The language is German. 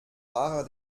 fahrer